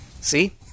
See